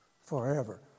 forever